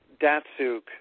Datsuk